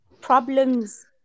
problems